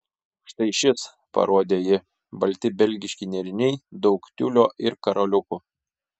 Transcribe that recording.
štai šis parodė ji balti belgiški nėriniai daug tiulio ir karoliukų